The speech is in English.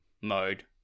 mode